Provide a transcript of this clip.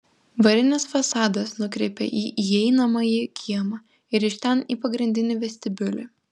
varinis fasadas nukreipia į įeinamąjį kiemą ir iš ten į pagrindinį vestibiulį